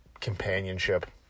companionship